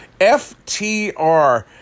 ftr